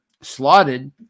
slotted